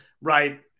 right